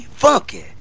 funky